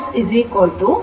707 Vm ಆಗಿರುತ್ತದೆ